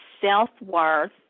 self-worth